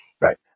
Right